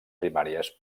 primàries